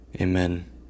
Amen